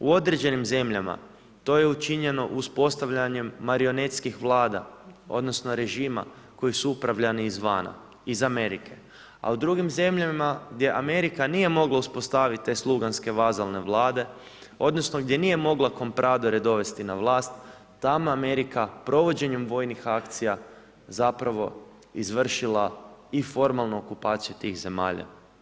U određenim zemljama, to je učinjeno uz postavljanje marionetskih vlada, odnosno, režima, koji su upravljani iz vana, iz Amerike, a u drugim zemljama, gdje Amerika nije mogla uspostaviti te sluganske vazalne vage, odnosno, gdje nije mogla kompresore dovesti na vlast, ta vam Amerika provođenjem vojnim akcija, zapravo izvršila i formalnu okupaciju tih zemalja.